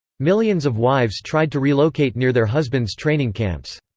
millions of wives tried to relocate near their husbands' training camps.